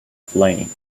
flame